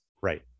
Right